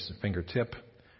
fingertip